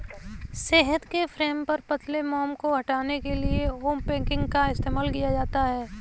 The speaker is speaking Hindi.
शहद के फ्रेम पर पतले मोम को हटाने के लिए अनकैपिंग का इस्तेमाल किया जाता है